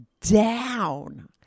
down